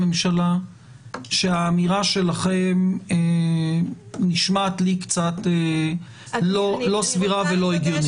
אני מאותת לממשלה שהאמירה שלכם נשמעת לי קצת לא סבירה ולא הגיונית